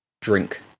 drink